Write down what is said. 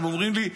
הם אומרים לי: